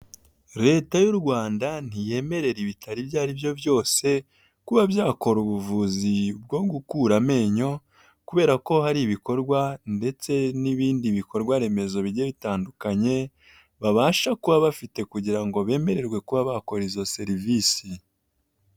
Leta y'u Rwanda ntiyemerera ibitaro ibyo aribyo byose kuba byakora ubuvuzi bwo gukura amenyo kubera ko hari ibikorwa ndetse n'ibindi bikorwaremezo bigiye bitandukanye, babasha kuba bafite kugira ngo bemererwe kuba bakora izo serivisi.